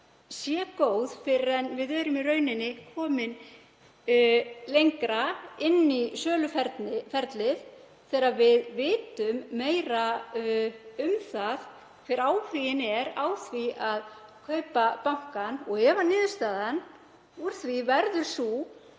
sé góð fyrr en við erum í rauninni komin lengra inn í söluferlið, þegar við vitum meira um það hver áhuginn er á því að kaupa bankann. Ef niðurstaðan úr því verður sú